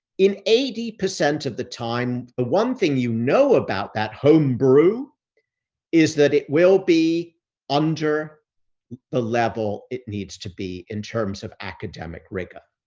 in eighty percent of the time, the ah one thing you know about that home brew is that it will be under the level it needs to be in terms of academic rigor.